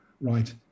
right